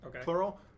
plural